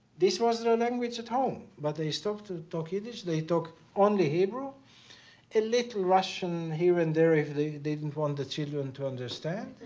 this was their ah language at home, but they stopped to talk yiddish. they talk only hebrew a little russian here and there if they didn't want the children to understand,